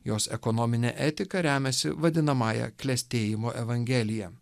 jos ekonominė etika remiasi vadinamąja klestėjimo evangelija